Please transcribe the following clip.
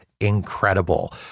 incredible